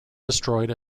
destroyed